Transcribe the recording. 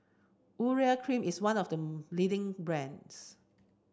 Urea Cream is one of the leading brands